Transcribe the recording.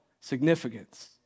significance